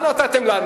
מה נתתם לנו.